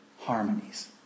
harmonies